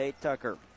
Tucker